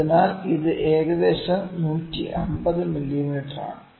അതിനാൽ ഇത് ഏകദേശം 150 മില്ലീമീറ്ററാണ്